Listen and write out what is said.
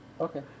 Okay